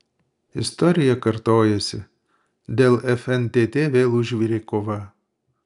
istorija kartojasi dėl fntt vėl užvirė kova